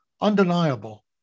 undeniable